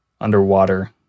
underwater